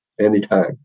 anytime